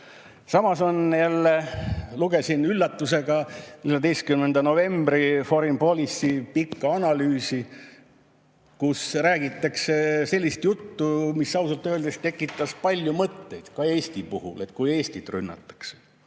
Samas jälle, lugesin üllatusega 14. novembri Foreign Policy pikka analüüsi, kus räägitakse sellist juttu, mis ausalt öeldes tekitas palju mõtteid, ka selle kohta, et kui Eestit rünnataks,